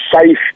safe